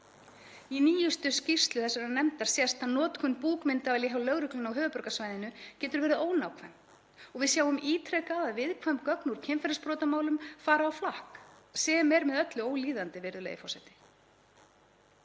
Í nýjustu skýrslu þessarar nefndar sést að notkun búkmyndavélar hjá lögreglunni á höfuðborgarsvæðinu getur verið ónákvæm og við sjáum ítrekað að viðkvæm gögn úr kynferðisbrotamálum fara á flakk, sem er með öllu ólíðandi, virðulegi forseti.